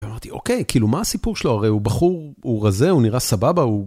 ואמרתי, אוקיי, כאילו, מה הסיפור שלו? הרי הוא בחור, הוא רזה, הוא נראה סבבה, הוא...